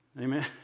Amen